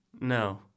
No